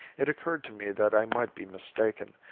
it occurred to me that i might be mistaken,